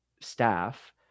staff